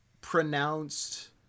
pronounced